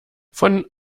von